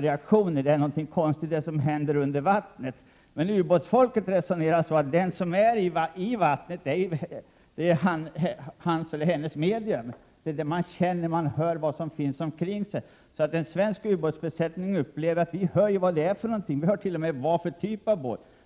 under vattnet är någonting konstigt, till skillnad från agerande på ytan. Men ubåtsfolket resonerar: För den som befinner sig i en ubåt är vattnet hans eller hennes medium. De känner och hör vad som finns omkring dem. En svensk ubåtsbesättning hör vad det är och hör t.o.m. vad det är för typ av båt.